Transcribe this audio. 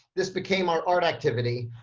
this became our art activity.